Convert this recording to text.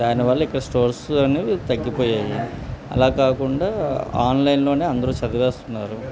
దానివల్ల ఇక్కడ స్టోర్స్ అనేవి తగ్గిపోయాయి అలా కాకుండా ఆన్లైన్లో అందరు చదివుతున్నారు